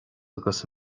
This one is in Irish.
agus